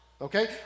Okay